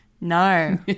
No